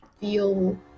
feel